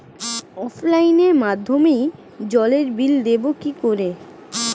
অফলাইনে মাধ্যমেই জলের বিল দেবো কি করে?